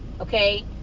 Okay